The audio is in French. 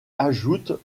ajoutent